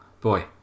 boy